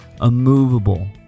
immovable